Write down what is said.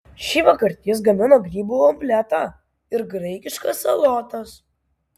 šįvakar jis gamino grybų omletą ir graikiškas salotas